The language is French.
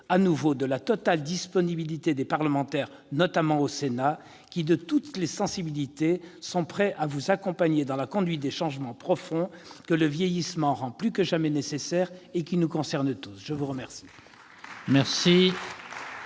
de nouveau de la totale disponibilité des parlementaires, notamment au Sénat, qui, de toutes les sensibilités, sont prêts à vous accompagner dans la conduite des changements profonds que le vieillissement rend plus que jamais nécessaires et qui nous concernent tous. La parole